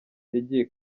yagiye